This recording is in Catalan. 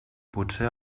potser